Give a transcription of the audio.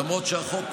למרות שהחוק,